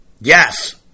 yes